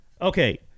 Okay